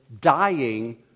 dying